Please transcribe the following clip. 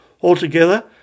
Altogether